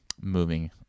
moving